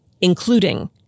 including